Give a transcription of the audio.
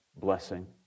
blessing